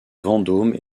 vendôme